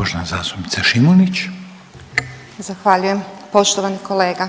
Irena (Nezavisni)** Zahvaljujem poštovani kolega.